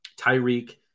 tyreek